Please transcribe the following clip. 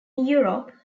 europe